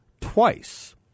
twice